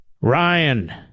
Ryan